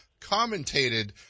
commentated